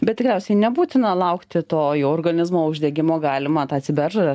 bet tikriausiai nebūtina laukti to jau organizmo uždegimo galima tą ciberžolę